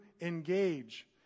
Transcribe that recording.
engage